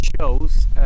shows